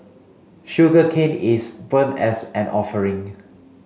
sugarcane is burnt as an offering